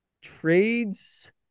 trades